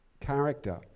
character